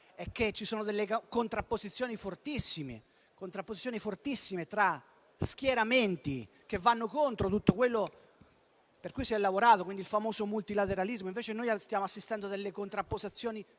ci sono delle contrapposizioni fortissime tra schieramenti che vanno contro tutto quello per cui si è lavorato, ossia il famoso multilateralismo. Stiamo assistendo a delle contrapposizioni fortissime